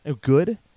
Good